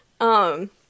Um-